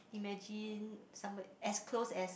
imagine somebody as close as